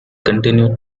continued